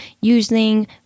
using